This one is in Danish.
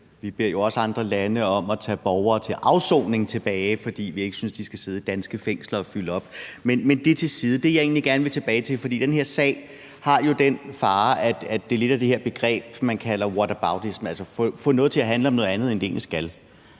Vi beder jo også andre lande om at tage borgere tilbage til afsoning, fordi vi ikke synes, de skal sidde i danske fængsler og fylde op – men nok om det. Det, jeg egentlig gerne vil tilbage til, er, at den her sag jo har den fare, at det lidt handler om det her begreb, som man kalder whataboutism, altså at få noget til at handle om noget andet, end det egentlig gør.